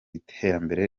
iterambere